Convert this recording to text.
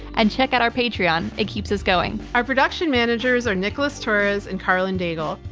and check out our patreon, it keeps us going. our production managers are nicholas torres and karlyn daigle.